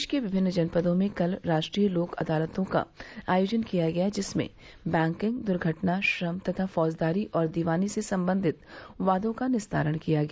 प्रदेश के विभिन्न जनपदों में कल रा ट्रीय लोक अदालतों का आयोजन किया गया जिसमें बैंकिंग दूर्घटना श्रम तथा फौजदारी और दीवानी से संबंधित वादों का निस्तारण किया गया